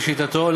לשיטתו,